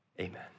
amen